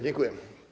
Dziękuję.